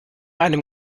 einem